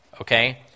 Okay